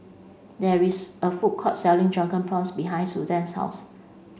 there is a food court selling drunken prawns behind Susanne's house